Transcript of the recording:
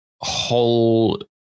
whole